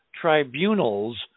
tribunals